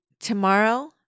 Tomorrow